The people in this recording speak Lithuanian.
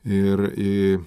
ir į